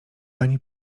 ani